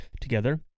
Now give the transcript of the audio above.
together